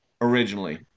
Originally